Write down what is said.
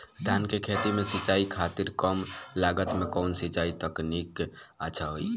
धान के खेती में सिंचाई खातिर कम लागत में कउन सिंचाई तकनीक अच्छा होई?